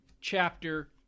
chapter